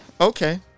Okay